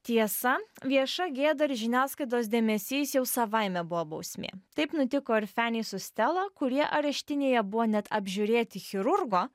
tiesa vieša gėda ir žiniasklaidos dėmesys jau savaime buvo bausmė taip nutiko ir fani su stela kurie areštinėje buvo net apžiūrėti chirurgo